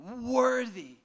worthy